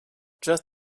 just